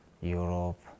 Europe